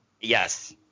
Yes